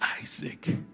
Isaac